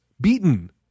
beaten